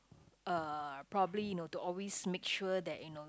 uh probably you know to always make sure that you know